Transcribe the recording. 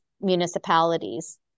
municipalities